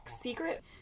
secret